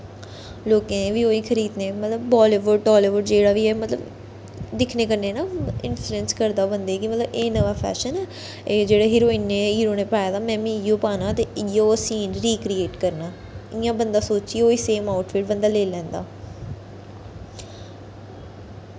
लोकें एह् बी ओइयो खरीदने मतलब बॉलीबुड हॉलीबुड जेह्ड़ा बी ऐ मतलब दिक्खने कन्नै ना इंफलुऐंस करदा बंदे गी कि मतलब एह् नमां फैशन ऐ एह् जेह्ड़े हीरोइनें हीरो ने पाए दा में बी इ'यो पाना ते इ'यो सीन रिकरेट करना इ'यां बंदा सोचियै ओह् सेम आउट फिट्ट बंदा लेई लैंदा